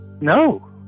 No